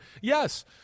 yes